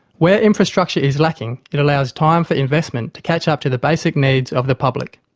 where infrastructure is lacking, it allows time for investment to catch up to the basic needs of the public.